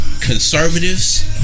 Conservatives